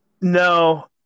No